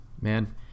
man